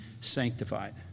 sanctified